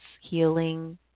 healing